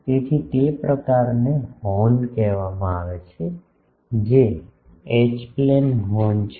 તેથી તે પ્રકારને હોર્ન કહેવામાં આવે છે જે એચ પ્લેન હોર્ન છે